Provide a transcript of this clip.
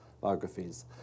biographies